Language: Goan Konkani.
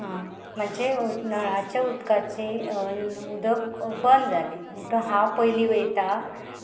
आं म्हाजे नळाच्या उदकाची उदक बंद जाले म्हणटक हांव पयलीं वयता